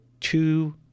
two